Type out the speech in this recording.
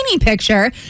picture